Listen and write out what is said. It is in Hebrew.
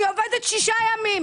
אני עובדת שישה ימים,